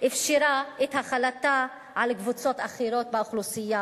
אפשרה את החלתה על קבוצות אחרות באוכלוסייה,